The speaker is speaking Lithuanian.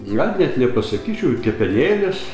gal net nepasakyčiau ir kepenėles